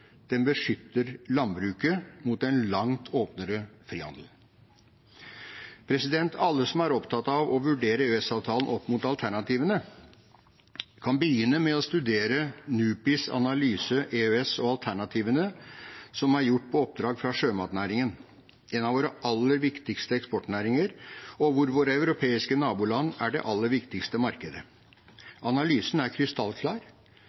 den beskytter landbruket mot en langt åpnere frihandel. Alle som er opptatt av å vurdere EØS-avtalen opp mot alternativene, kan begynne med å studere NUPIs analyse om EØS og alternativene, som er gjort på oppdrag fra sjømatnæringen, en av våre aller viktigste eksportnæringer, og hvor våre europeiske naboland er det aller viktigste markedet. Analysen er krystallklar: